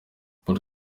paul